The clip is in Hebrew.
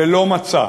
ולא מצא.